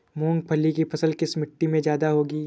मूंगफली की फसल किस मिट्टी में ज्यादा होगी?